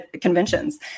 conventions